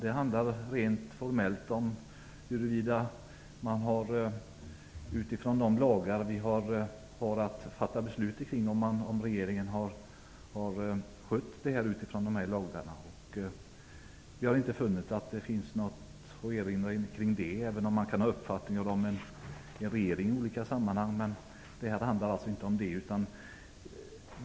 Det handlar rent formellt om huruvida regeringen, utifrån de lagar vi har att fatta beslut kring, har skött det här. Vi har inte funnit att det finns något att erinra om i det fallet, även om man kan ha olika uppfattningar om en regering. Men detta handlar inte om det.